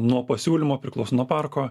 nuo pasiūlymo priklauso nuo parko